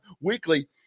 weekly